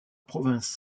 province